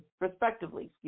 respectively